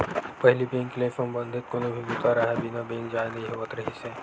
पहिली बेंक ले संबंधित कोनो भी बूता राहय बिना बेंक जाए नइ होवत रिहिस हे